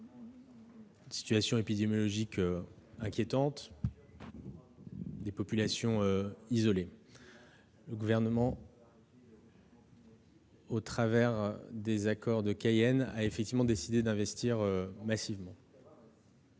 une situation épidémiologique inquiétante et des populations isolées. Le Gouvernement, au travers des accords de Cayenne, a effectivement décidé d'investir massivement.